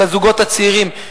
של הזוגות הצעירים,